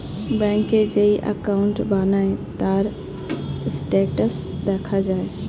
ব্যাংকে যেই অ্যাকাউন্ট বানায়, তার স্ট্যাটাস দেখা যায়